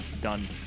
done